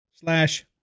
slash